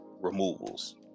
removals